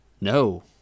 No